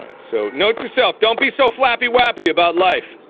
so note to self don't be so flappy wappy about life